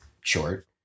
short